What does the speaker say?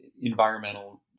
environmental